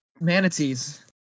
manatees